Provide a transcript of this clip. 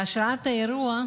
בהשראת האירוע,